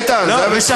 איתן, זה היה בצחוק.